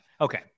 Okay